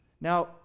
Now